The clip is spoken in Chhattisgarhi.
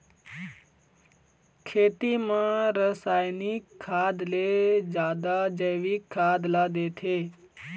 खेती म रसायनिक खाद ले जादा जैविक खाद ला देथे